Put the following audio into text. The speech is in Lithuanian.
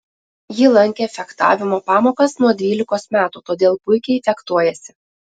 ji lankė fechtavimo pamokas nuo dvylikos metų todėl puikiai fechtuojasi